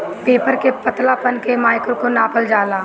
paper के पतलापन के माइक्रोन में नापल जाला